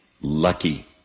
lucky